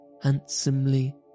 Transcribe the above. handsomely